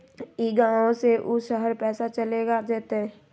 ई गांव से ऊ शहर पैसा चलेगा जयते?